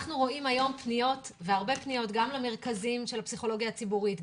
אנחנו רואים היום הרבה פניות גם למרכזים של הפסיכולוגיה הציבורית,